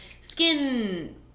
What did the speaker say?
skin